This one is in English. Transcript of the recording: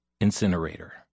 incinerator